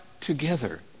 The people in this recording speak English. together